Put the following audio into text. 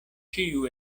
ĉiu